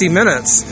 minutes